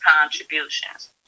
contributions